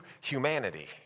humanity